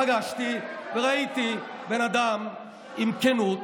פגשתי, וראיתי בן אדם עם כנות,